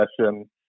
session